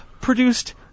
produced